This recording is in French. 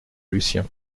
lucien